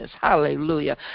Hallelujah